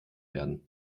werden